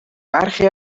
برخی